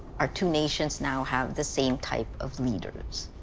our two nations now have the same type of leaders.